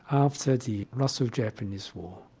after the russo-japanese war,